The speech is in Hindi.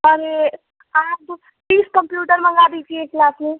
अरे आप प्लीज़ कंप्यूटर मँगा दीजिए क्लास में